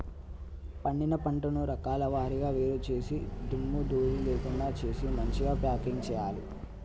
పండిన పంటను రకాల వారీగా వేరు చేసి దుమ్ము ధూళి లేకుండా చేసి మంచిగ ప్యాకింగ్ చేయాలి